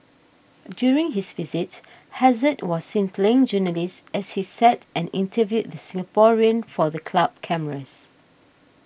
during his visit Hazard was seen playing journalist as he sat and interviewed the Singaporean for the club cameras